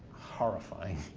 horrifying.